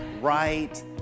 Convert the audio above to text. right